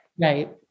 Right